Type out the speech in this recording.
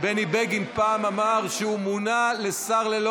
בני בגין פעם אמר שהוא מונה לשר ללא